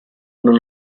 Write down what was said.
non